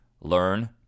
Learn